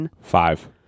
Five